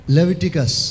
Leviticus